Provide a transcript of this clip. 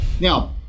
Now